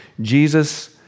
Jesus